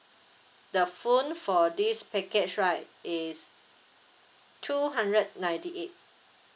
the phone for this package right is two hundred ninety eight